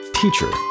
teacher